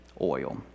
oil